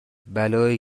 بلایی